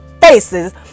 faces